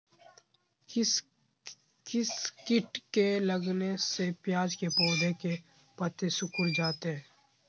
किस किट के लगने से प्याज के पौधे के पत्ते सिकुड़ जाता है?